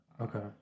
Okay